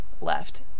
left